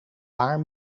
paar